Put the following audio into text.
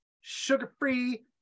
sugar-free